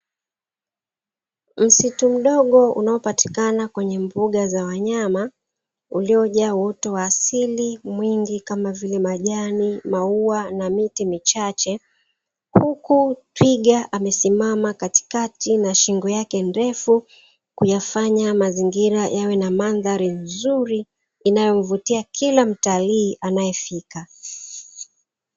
Msitu mdogo unaopatikana kwenye mbuga za wanyama. Uliojaa uoto wa asili mwingi kama vile: majani, maua na miti michache; huku twiga amesimama katikati na shingo yake ndefu kuyafanya mazingiza yawe na mandhari nzuri inayo mvutia kila mtalii anayefika.